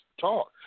talk